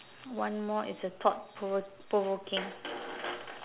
one more is the thought provo~ provoking